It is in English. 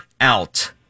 out